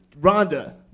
Rhonda